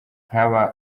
nkaba